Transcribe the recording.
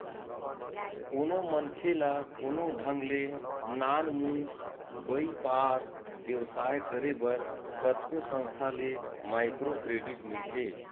कोनो मनखे ल कोनो ढंग ले नानमुन बइपार बेवसाय करे बर कतको संस्था ले माइक्रो क्रेडिट मिलथे